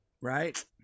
Right